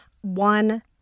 One